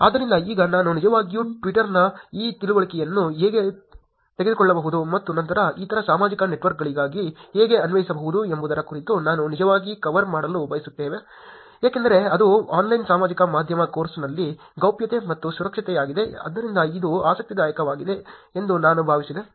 ಆದ್ದರಿಂದ ಈಗ ನಾನು ನಿಜವಾಗಿಯೂ ಟ್ವಿಟರ್ನ ಈ ತಿಳುವಳಿಕೆಯನ್ನು ಹೇಗೆ ತೆಗೆದುಕೊಳ್ಳಬಹುದು ಮತ್ತು ನಂತರ ಇತರ ಸಾಮಾಜಿಕ ನೆಟ್ವರ್ಕ್ಗಳಿಗೆ ಹೇಗೆ ಅನ್ವಯಿಸಬಹುದು ಎಂಬುದರ ಕುರಿತು ನಾನು ನಿಜವಾಗಿ ಕವರ್ ಮಾಡಲು ಬಯಸುತ್ತೇನೆ ಏಕೆಂದರೆ ಇದು ಆನ್ಲೈನ್ ಸಾಮಾಜಿಕ ಮಾಧ್ಯಮ ಕೋರ್ಸ್ನಲ್ಲಿ ಗೌಪ್ಯತೆ ಮತ್ತು ಸುರಕ್ಷತೆಯಾಗಿದೆ ಆದ್ದರಿಂದ ಇದು ಆಸಕ್ತಿದಾಯಕವಾಗಿದೆ ಎಂದು ನಾನು ಭಾವಿಸಿದೆ